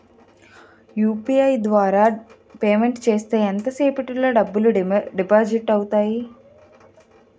UPI ద్వారా payment చేస్తే ఎంత సేపటిలో డబ్బులు డిపాజిట్ అవుతాయి?